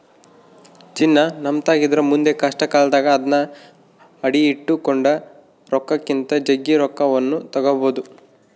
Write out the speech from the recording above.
ಚಿನ್ನ ನಮ್ಮತಾಕಿದ್ರ ಮುಂದೆ ಕಷ್ಟಕಾಲದಾಗ ಅದ್ನ ಅಡಿಟ್ಟು ಕೊಂಡ ರೊಕ್ಕಕ್ಕಿಂತ ಜಗ್ಗಿ ರೊಕ್ಕವನ್ನು ತಗಬೊದು